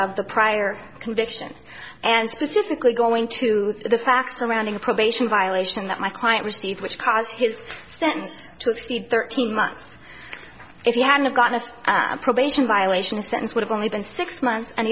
of the prior conviction and specifically going to the facts surrounding a probation violation that my client received which caused his sentence to exceed thirteen months if you had not gotten a probation violation a sentence would have only been six months and